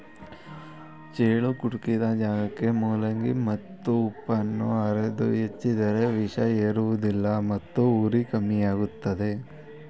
ಚೇಳು ಕುಟುಕಿದ ಜಾಗಕ್ಕೆ ಮೂಲಂಗಿ ಮತ್ತು ಉಪ್ಪನ್ನು ಅರೆದು ಹಚ್ಚಿದರೆ ವಿಷ ಏರುವುದಿಲ್ಲ ಮತ್ತು ಉರಿ ಕಮ್ಮಿಯಾಗ್ತದೆ